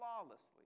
flawlessly